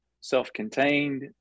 Self-contained